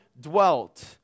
dwelt